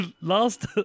Last